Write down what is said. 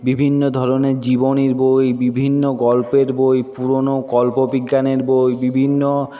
বিভিন্ন ধরনের জীবনীর বই বিভিন্ন গল্পের বই পুরোনো কল্পবিজ্ঞানের বই বিভিন্ন